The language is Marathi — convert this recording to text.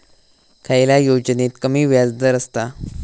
खयल्या योजनेत कमी व्याजदर असता?